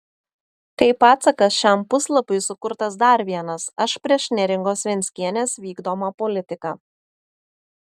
kaip atsakas šiam puslapiui sukurtas dar vienas aš prieš neringos venckienės vykdomą politiką